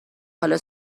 حالا